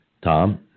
Tom